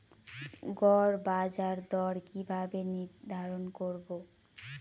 গড় বাজার দর কিভাবে নির্ধারণ করব?